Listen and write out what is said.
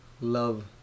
love